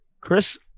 Chris